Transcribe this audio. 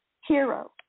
hero